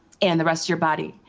and the rest of your body.